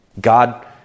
God